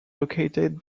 located